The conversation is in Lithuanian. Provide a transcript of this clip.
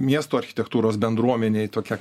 miesto architektūros bendruomenei tokią